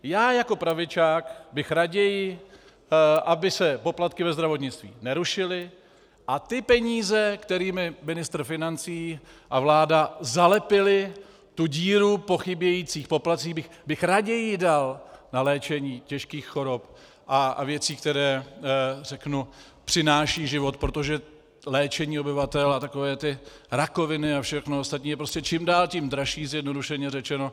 Já jako pravičák bych raději, aby se poplatky ve zdravotnictví nerušily a ty peníze, kterými ministr financí a vláda zalepili tu díru po chybějících poplatcích, bych raději dal na léčení těžkých chorob a věcí, které, řeknu, přináší život, protože léčení obyvatel a takové ty rakoviny a všechno ostatní je prostě čím dál tím dražší, zjednodušeně řečeno.